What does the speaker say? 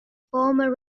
former